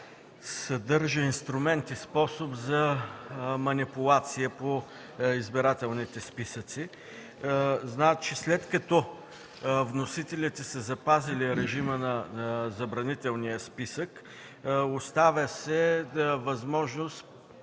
съдържа инструмент и способ за манипулация по избирателните списъци. След като вносителите са запазили режима на забранителния списък, оставя се възможност,